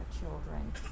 children